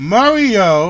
Mario